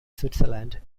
switzerland